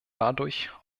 dadurch